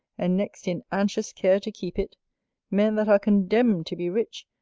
and next, in anxious care to keep it men that are condemned to be rich,